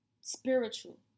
spiritual